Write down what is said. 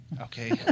Okay